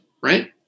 Right